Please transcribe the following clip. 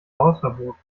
hausverbot